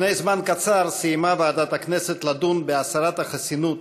לפני זמן קצר סיימה ועדת הכנסת לדון בהסרת החסינות